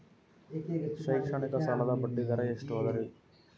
ಶೈಕ್ಷಣಿಕ ಸಾಲದ ಬಡ್ಡಿ ದರ ಎಷ್ಟು ಅದರಿ?